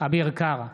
אביר קארה,